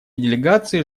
делегации